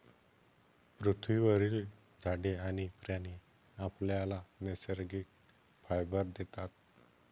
पृथ्वीवरील झाडे आणि प्राणी आपल्याला नैसर्गिक फायबर देतात